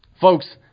Folks